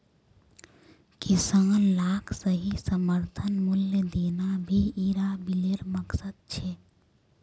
किसान लाक सही समर्थन मूल्य देना भी इरा बिलेर मकसद छे